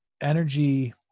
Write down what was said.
energy